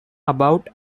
about